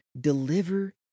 deliver